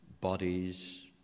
bodies